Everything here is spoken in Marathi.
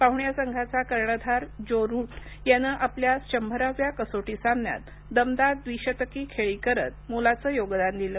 पाहुण्या संघाचा कर्णधार ज्यो रूट यानं आपल्या शंभराव्या कसोटी सामन्यात दमदार द्वीशतकी खेळी करत मोलाचं योगदान दिलं